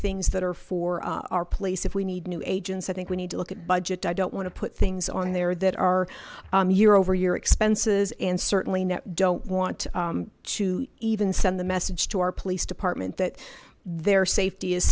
things that are for our place if we need new agents i think we need to look at budget don't want to put things on there that are year over year expenses and certainly not don't want to even send a message to our police department that their safety is